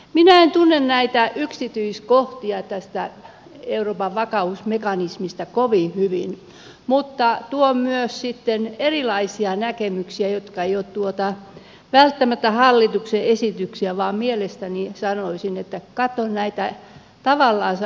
minä en tunne näitä yksityiskohtia tästä euroopan vakausmekanismista kovin hyvin mutta tuon myös sitten erilaisia näkemyksiä jotka eivät ole välttämättä hallituksen esityksiä vaan mielestäni sanoisin että katson näitä tavallansa uskon silmin